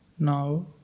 Now